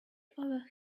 over